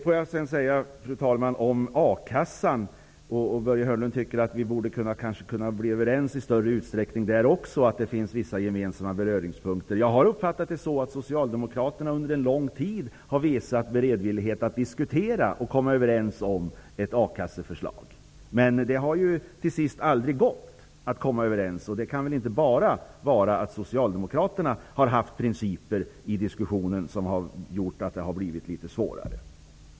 Fru talman! Börje Hörnlund kanske tycker att vi borde kunna bli överens i större utsträckning när det gäller a-kassan och att det finns gemensamma beröringspunkter. Jag har uppfattat det så att Socialdemokraterna under lång tid har visat berdvillighet att diskutera och komma överens om ett förslag beträffande a-kassan. Det har inte gått att komma överens. Det kan väl inte bara bero på att Socialdemokraterna har haft principer i diskussionen som har gjort att det har blivit litet svårare.